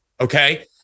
Okay